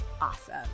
awesome